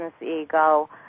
ego